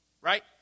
Right